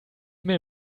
mail